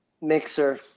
mixer